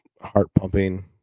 heart-pumping